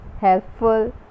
helpful